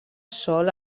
sol